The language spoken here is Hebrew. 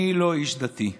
אני לא איש דתי.